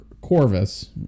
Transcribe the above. Corvus